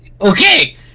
Okay